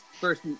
first